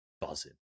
buzzing